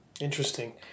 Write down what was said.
Interesting